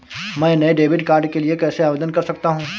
मैं नए debit card के लिए कैसे आवेदन कर सकता हूँ?